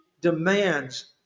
demands